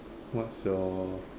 what's your